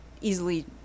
easily